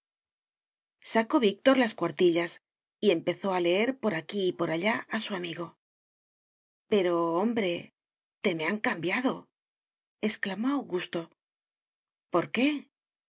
sacó víctor las cuartillas y empezó a leer por aquí y por allá a su amigo pero hombre te me han cambiado exclamó augusto por qué